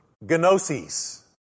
gnosis